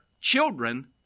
children